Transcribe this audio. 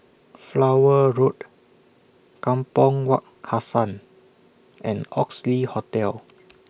Flower Road Kampong Wak Hassan and Oxley Hotel